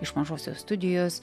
iš mažosios studijos